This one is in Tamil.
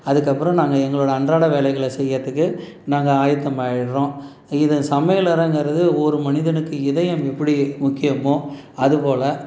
அதுக்கப்றம் நாங்கள் எங்களோட அன்றாட வேலைகளை செய்கிறதுக்கு நாங்கள் ஆயத்தம் ஆயிடுறோம் இது சமையலறைங்கறது ஒரு மனிதனுக்கு இதயம் எப்படி முக்கியமோ அதுபோல்